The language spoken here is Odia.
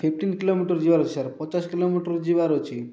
ଫିଫ୍ଟିନ୍ କିଲୋମିଟର୍ ଯିବାର ଅଛି ସାର୍ ପଚାଶ କିଲୋମିଟର୍ ଯିବାର ଅଛି